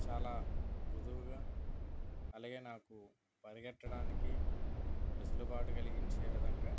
చాలా మృదువుగా అలాగే నాకు పరిగెత్తడానికి వెసులుబాటు కలిగించే విధంగా